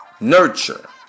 nurture